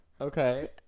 Okay